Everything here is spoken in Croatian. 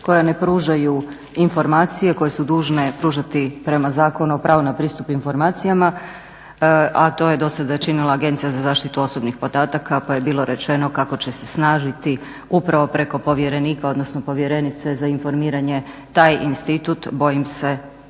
koje ne pružaju informacije, koji su dužni pružati prema Zakonu o pravu na pristup informacijama, a to je do sada činila Agencija za zaštitu osobnih podataka pa je bilo rečeno kako će se snažiti upravo preko povjerenika odnosno povjerenice za informiranje taj institut, bojim se